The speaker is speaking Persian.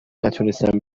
نتونستم